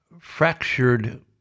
fractured